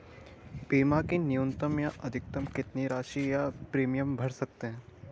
बीमा की न्यूनतम या अधिकतम कितनी राशि या प्रीमियम भर सकते हैं?